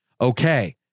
Okay